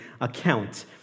account